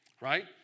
right